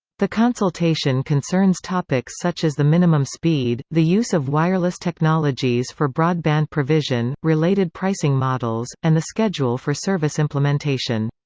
the consultation concerns topics such as the minimum speed, the use of wireless technologies for broadband provision, related pricing models, and the schedule for service implementation.